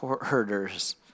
herders